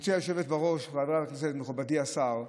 גברתי היושבת בראש, חברי הכנסת, מכובדי השר,